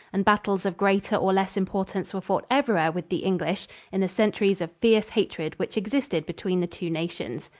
and battles of greater or less importance were fought everywhere with the english in the centuries of fierce hatred which existed between the two nations.